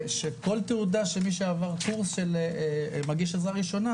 שכל תעודה של מי שעבר קורס של מגיש עזרה ראשונה